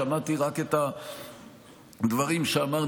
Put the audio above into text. ושמעתי רק את הדברים שאמר,